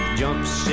jumps